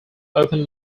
open